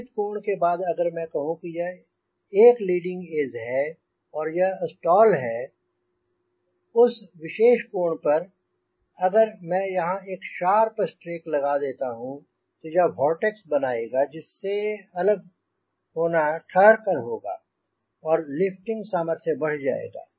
निश्चित कोण के बाद अगर मैं कहूँ यह एक लीडिंग एज है और यह स्टॉल है उस विशेष कोण पर अगर मैं यहांँ एक शार्प स्ट्रेक लगा देता हूँ तो यह वोर्टेक्स बनाएगा जिस से अलग होना ठहर कर होगा और लिफ्टिंग सामर्थ्य बढ़ जाएगा